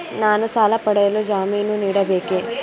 ನಾನು ಸಾಲ ಪಡೆಯಲು ಜಾಮೀನು ನೀಡಬೇಕೇ?